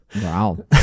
Wow